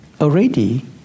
already